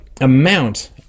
amount